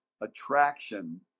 attraction